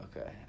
Okay